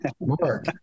Mark